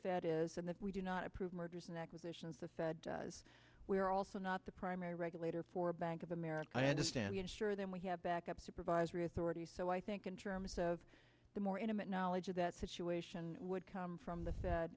fed is and that we do not approve mergers and acquisitions the fed does we are also not the primary regulator for bank of america i understand and sure then we have backup supervisory authority so i think in terms of the more intimate knowledge of that situation would come from the